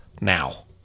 now